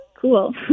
cool